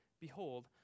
Behold